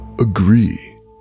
agree